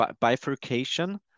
bifurcation